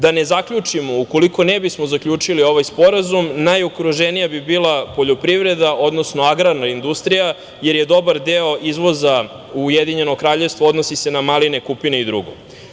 Da ne zaključimo, ukoliko ne bismo zaključili ovaj sporazum, najugroženija bi bila poljoprivreda, odnosno agrarna industrija, jer dobar deo izvoza u Ujedinjeno Kraljevstvo odnosi se na maline, kupine i drugo.